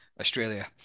Australia